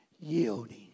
yielding